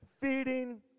Feeding